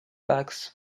wax